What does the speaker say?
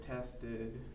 tested